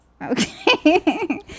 Okay